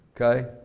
okay